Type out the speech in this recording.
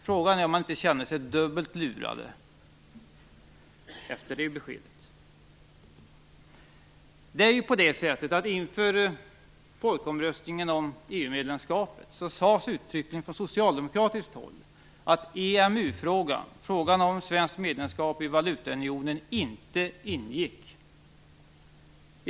Frågan är om de inte känner sig dubbelt lurade efter det beskedet. Inför folkomröstningen om EU-medlemskapet sades det uttryckligen från socialdemokratiskt håll att frågan om svenskt medlemskap i valutaunionen inte ingick.